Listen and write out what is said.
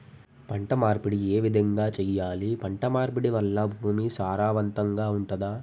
పంట మార్పిడి ఏ విధంగా చెయ్యాలి? పంట మార్పిడి వల్ల భూమి సారవంతంగా ఉంటదా?